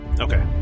Okay